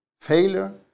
Failure